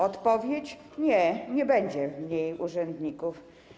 Odpowiedź: nie, nie będzie mniej urzędników.